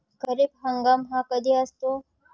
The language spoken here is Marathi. खरीप हंगाम हा कधी असतो?